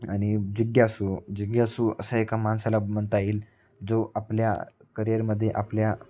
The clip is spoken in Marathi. आणि जिज्ञासु जिज्ञासु असा एका माणसाला म्हणता येईल जो आपल्या करिअरमध्ये आपल्या